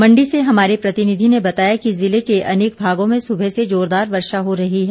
मंडी से हमारे प्रतिनिधि ने बताया है कि जिले के अनेक भागों में सुबह से जोरदार वर्षा हो रही है